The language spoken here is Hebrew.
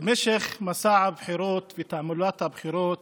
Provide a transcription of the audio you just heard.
במשך מסע הבחירות ותעמולת הבחירות